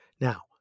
Now